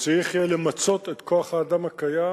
וצריך יהיה למצות את כוח-האדם הקיים,